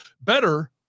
better